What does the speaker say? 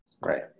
Right